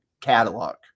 catalog